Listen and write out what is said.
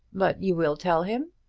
but you will tell him?